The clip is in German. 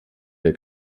der